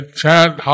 chant